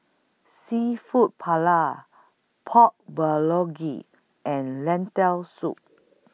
Seafood Paella Pork Bulgogi and Lentil Soup